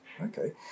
Okay